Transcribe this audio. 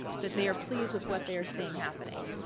that they are pleased with what they are seeing happening.